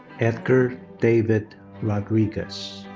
edgar david rodriguez.